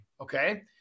Okay